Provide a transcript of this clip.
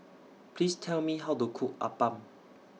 Please Tell Me How to Cook Appam